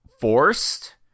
forced